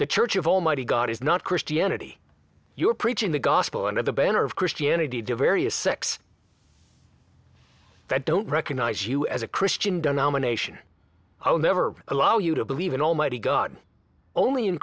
the church of almighty god is not christianity you are preaching the gospel under the banner of christianity diversity is sex that don't recognize you as a christian denomination i will never allow you to believe in almighty god only in